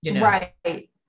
Right